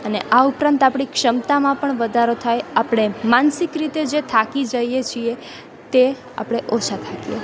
અને આ ઉપરાંત આપણી ક્ષમતામાં પણ વધારો થાય આપણે માનસિક રીતે જે થાકી જઈએ છીએ તે આપણે ઓછાં થાકીએ